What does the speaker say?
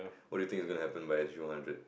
what do you think gonna happen by S_G one hundred